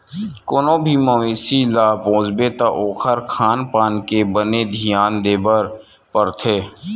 कोनो भी मवेसी ल पोसबे त ओखर खान पान के बने धियान देबर परथे